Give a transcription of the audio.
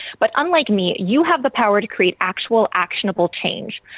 but unlike me you have the power to create actual actionable change.